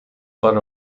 for